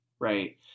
right